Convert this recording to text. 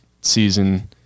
season